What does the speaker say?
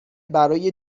برای